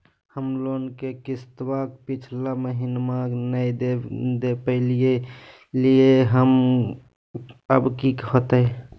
हम लोन के किस्तवा पिछला महिनवा नई दे दे पई लिए लिए हल, अब की होतई?